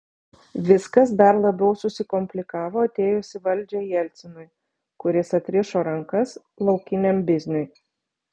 viskas dar labiau susikomplikavo atėjus į valdžią jelcinui kuris atrišo rankas laukiniam bizniui